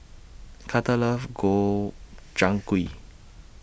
Carter loves Gobchang Gui